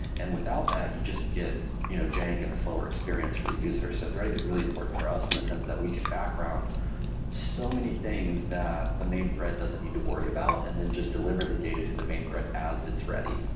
and without that, you just get you know jank and the slower experience for the user. so threading is really important for us in the sense that we can background so many things that the main thread doesn't need to worry about, and then just deliver the data to the main thread as it's ready,